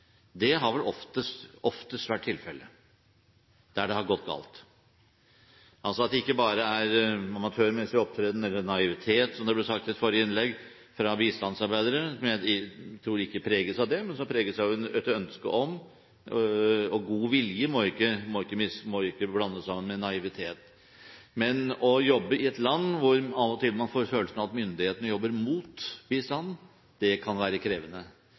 har vel oftest vært tilfelle der det har gått galt. Det er altså ikke bare amatørmessig opptreden, eller naivitet fra bistandsarbeidere, som det ble sagt i forrige innlegg – og god vilje må ikke blandes sammen med naivitet. Jeg tror ikke det preges av det, men å jobbe i et land hvor man av og til kan få følelsen av at myndighetene jobber mot bistanden, kan være krevende.